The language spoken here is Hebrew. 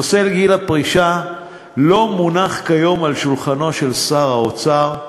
נושא גיל הפרישה לא מונח כיום על שולחנו של שר האוצר,